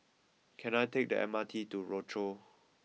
can I take the M R T to Rochor